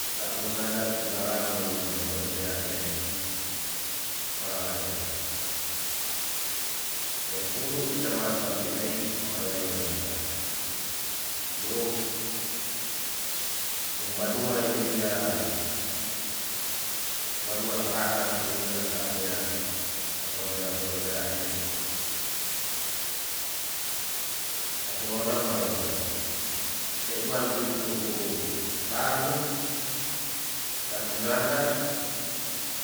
Sa unadat kenaramen ne tonsea yai ma laenga sepudu kecamatan wi ai malaenga nun nadat nu umbanua ya iwia wanua trana yaai minasa mean pakua nera tonsea yaai satorona ma laengan deiman wi tuu tarnem tan unadat